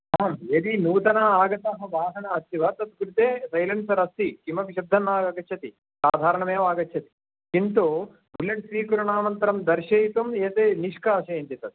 आं यदि नूतनाः आगताः वाहना अस्ति वा तद् कृते सैलेन्सर् अस्ति किमपि शब्दः नागच्छति साधारणमेव आगच्छति किन्तु बुलेट् स्वीकरणानन्तरं दर्शयितुं एते निष्कासयन्ति तद्